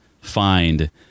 find